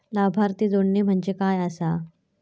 लाभार्थी जोडणे म्हणजे काय आसा?